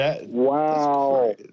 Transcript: wow